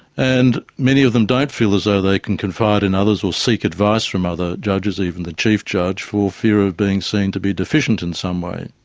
and many of them don't feel as though they can confide in others or seek advice from other judges, even the chief judge, for fear of being seen to be deficient in some way.